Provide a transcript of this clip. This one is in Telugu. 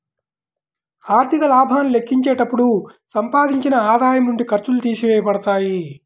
ఆర్థిక లాభాన్ని లెక్కించేటప్పుడు సంపాదించిన ఆదాయం నుండి ఖర్చులు తీసివేయబడతాయి